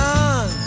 on